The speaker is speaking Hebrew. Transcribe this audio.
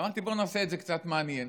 אמרתי: בואו נעשה את זה קצת מעניין